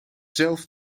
zelf